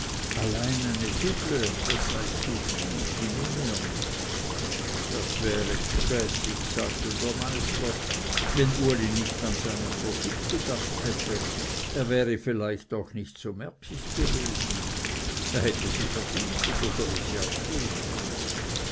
eine duble das sei zu viel die nehme er nicht das wäre gspässig sagte der meister wenn uli nicht an seinen profit gedacht hätte er wäre vielleicht auch nicht so merkig gewesen er hätte sie verdient und er sollte sie auch nehmen